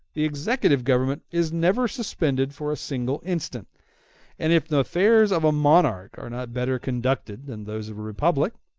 the executive government is never suspended for a single instant and if the affairs of a monarchy are not better conducted than those of a republic,